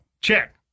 Check